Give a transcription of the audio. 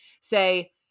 say –